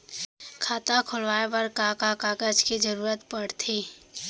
खाता खोलवाये बर का का कागज के जरूरत पड़थे?